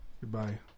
Goodbye